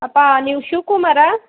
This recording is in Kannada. ಅಪ್ಪಾ ನೀವು ಶಿವ ಕುಮಾರಾ